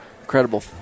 incredible